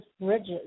bridges